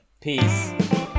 Peace